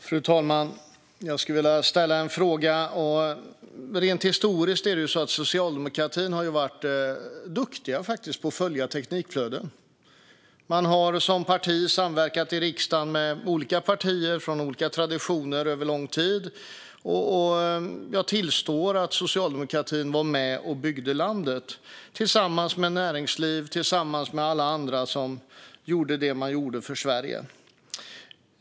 Fru talman! Jag skulle vilja ställa en fråga. Rent historiskt har Socialdemokraterna varit duktiga på att följa teknikflöden. Man har som parti samverkat i riksdagen med olika partier från olika traditioner över lång tid. Jag tillstår att Socialdemokraterna var med och byggde landet, tillsammans med näringsliv och alla andra som gjorde det de gjorde för Sverige.